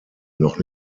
noch